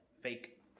Fake